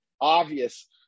obvious